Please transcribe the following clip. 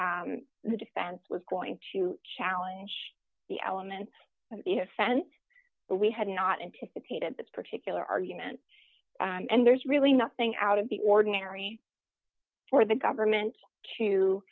that the defense was going to challenge the element of fent but we had not anticipated this particular argument and there's really nothing out of the ordinary for the government to